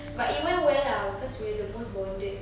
but it went well lah because we're the most bonded